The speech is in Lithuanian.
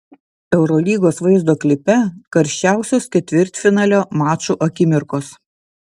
eurolygos vaizdo klipe karščiausios ketvirtfinalio mačų akimirkos